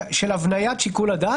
כדי להתקדם בעבודה שלנו להתקנת החוק.